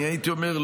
אני הייתי אומר,